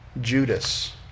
Judas